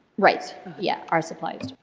right. yeah. our supplies too.